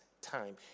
time